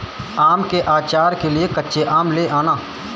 आम के आचार के लिए कच्चे आम ले आना